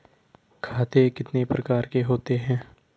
खाते कितने प्रकार के होते हैं?